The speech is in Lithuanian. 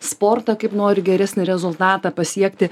sportą kaip nori geresnį rezultatą pasiekti